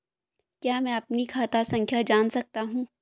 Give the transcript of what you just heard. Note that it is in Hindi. क्या मैं अपनी खाता संख्या जान सकता हूँ?